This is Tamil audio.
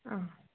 ஆ